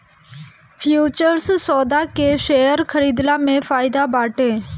futures सौदा के share खरीदला में फायदा बाटे